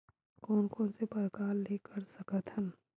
कोन कोन से प्रकार ले कर सकत हन?